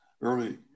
early